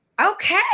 Okay